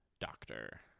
Doctor